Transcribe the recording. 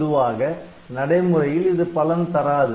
பொதுவாக நடைமுறையில் இது பலன் தராது